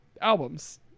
albums